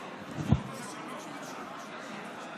לאסירים הכלואים בבתי המאסר בישראל.